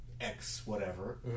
X-whatever